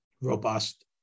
robust